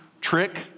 trick